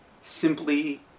simply